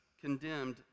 condemned